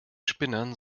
spinnern